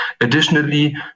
Additionally